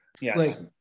Yes